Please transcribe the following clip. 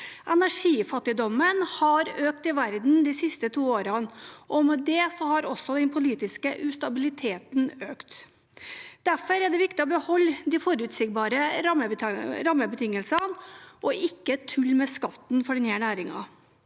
Energifattigdommen har økt i verden de siste to årene, og med det har også den politiske ustabiliteten økt. Derfor er det viktig å beholde de forutsigbare rammebetingelsene og ikke tulle med skatten for denne næringen.